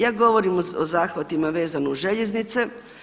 Ja govorim o zahvatima vezanim uz željeznice.